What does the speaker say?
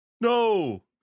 no